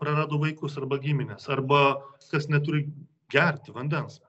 prarado vaikus arba gimines arba kas neturi gerti vandens